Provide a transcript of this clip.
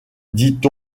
dit